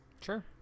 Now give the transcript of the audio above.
Sure